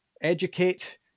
educate